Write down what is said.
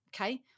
Okay